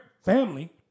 family